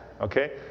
okay